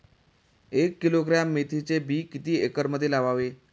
एक किलोग्रॅम मेथीचे बी किती एकरमध्ये लावावे?